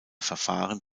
verfahren